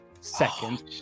second